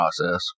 process